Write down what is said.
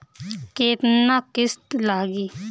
केतना किस्त लागी?